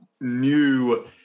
new